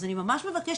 אז אני ממש מבקשת,